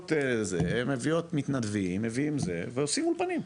מביאות מתנדבים, מביאים זה ועושים אולפנים.